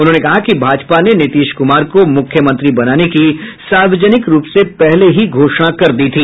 उन्होंने कहा कि भाजपा ने नीतीश कुमार को मुख्यमंत्री बनाने की सार्वजनिक रूप से पहले ही घोषणा कर दी थी